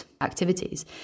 activities